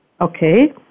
Okay